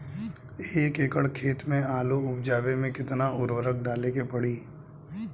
एक एकड़ खेत मे आलू उपजावे मे केतना उर्वरक डाले के पड़ी?